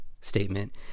statement